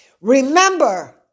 remember